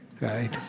right